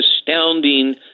astounding